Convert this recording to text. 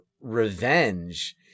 revenge